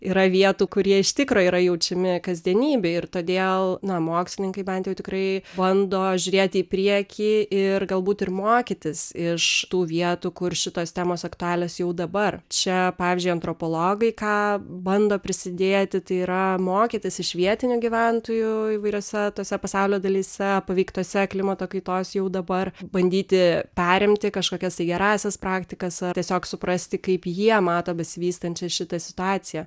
yra vietų kurie iš tikro yra jaučiami kasdienybėj ir todėl na mokslininkai bent jau tikrai bando žiūrėti į priekį ir galbūt ir mokytis iš tų vietų kur šitos temos aktualios jau dabar čia pavyzdžiui antropologai ką bando prisidėti tai yra mokytis iš vietinių gyventojų įvairiose tose pasaulio dalyse paveiktose klimato kaitos jau dabar bandyti perimti kažkokias tai gerąsias praktikas ar tiesiog suprasti kaip jie mato besivystančią šitą situaciją